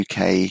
UK